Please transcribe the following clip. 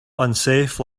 unsafe